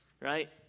right